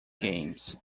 games